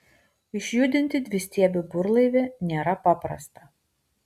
išjudinti dvistiebį burlaivį nėra paprasta